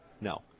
No